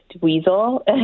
weasel